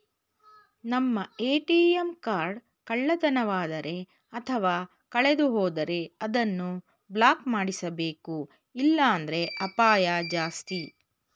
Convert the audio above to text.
ನಮ್ಮ ATM card ಕಳ್ಳತನವಾದರೆ ಅಥವಾ ಕಳೆದುಹೋದರೆ ಅದನ್ನು ಬ್ಲಾಕ್ ಮಾಡಿಸಬೇಕು ಇಲ್ಲಾಂದ್ರೆ ಅಪಾಯ ಜಾಸ್ತಿ